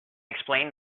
explained